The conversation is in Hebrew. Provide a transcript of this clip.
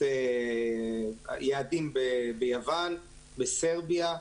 יעדים ביוון, בסרביה,